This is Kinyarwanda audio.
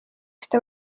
ifite